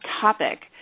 topic